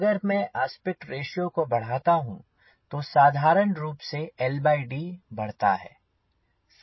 अगर मैं aspect ratio को बढ़ाता हूँ तो साधारण रूप से LD बढ़ता है